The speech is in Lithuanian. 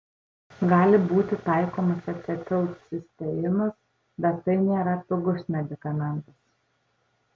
gali būti taikomas acetilcisteinas bet tai nėra pigus medikamentas